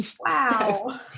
Wow